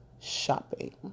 shopping